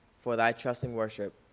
for thy trusting worship,